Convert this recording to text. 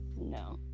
No